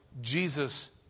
Jesus